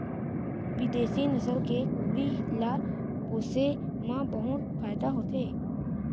बिदेसी नसल के कुकरी ल पोसे म बहुत फायदा होथे